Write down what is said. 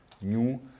new